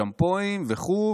שמפו וכו',